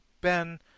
Ben